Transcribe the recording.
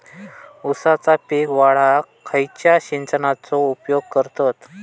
ऊसाचा पीक वाढाक खयच्या सिंचनाचो उपयोग करतत?